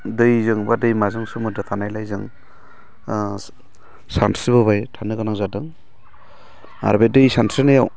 दैजों बा दैमाजों सोमोन्दो थानायलाय जों सानस्रिबोबाय थानो गोनां जादों आरो बे दै सानस्रिनायाव